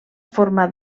forma